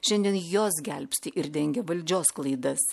šiandien jos gelbsti ir dengia valdžios klaidas